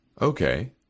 okay